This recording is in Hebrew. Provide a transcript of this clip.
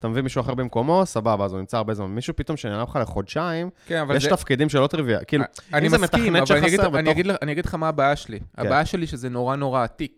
אתה מביא מישהו אחר במקומו, סבבה, אז הוא נמצא הרבה זמן. מישהו פתאום שנעלם לך לחודשיים, יש תפקידים שלא טריוויאלי. כאילו אני מסכים, אבל אני אגיד לך מה הבעיה שלי. הבעיה שלי שזה נורא נורא עתיק.